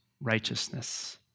righteousness